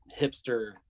hipster